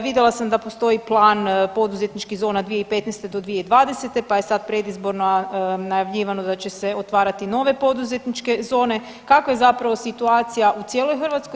Vidjela sam da postoji plan poduzetničkih zona 2015.-2020., pa je sad predizborno najavljivano da će se otvarati nove poduzetničke zone, kava je zapravo situacija u cijeloj Hrvatskoj?